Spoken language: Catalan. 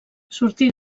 sortí